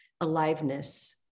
aliveness